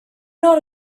not